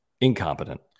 incompetent